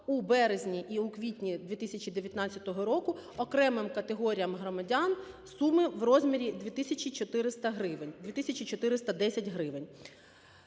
у березні і у квітні 2019 року окремим категоріям громадян суми в розмірі 2400 гривень,